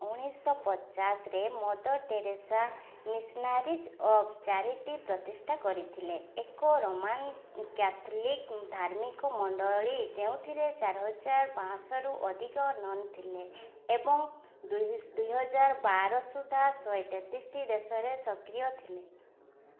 ଉଣେଇଶି ଶହ ପଚାଶରେ Mother Teresa Missionaries of Charity ପ୍ରତିଷ୍ଠା କରିଥିଲେ ଏକ ରୋମାନ୍ କ୍ୟାଥୋଲିକ୍ ଧାର୍ମିକ ମଣ୍ଡଳୀ ଯେଉଁଥିରେ ଚାରିହଜାରେ ପାଆଁଶହରୁ ଅଧିକ ନନ୍ ଥିଲେ ଏବଂ ଦୁଇହାଜର ବାର ସୁଦ୍ଧା ଶହେ ତେତିଶିଟି ଦେଶରେ ସକ୍ରିୟ ଥିଲେ